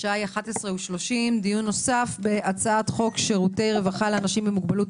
השעה היא 11:30. דיון נוסף בהצעת חוק שירותי רווחה לאנשים עם מוגבלות,